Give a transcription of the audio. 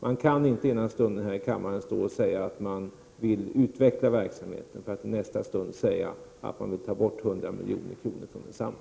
Man kan inte ena stunden säga här i kammaren att man vill utveckla verksamheten och i nästa stund säga att man vill ta bort 100 milj.kr. från densamma.